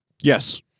Yes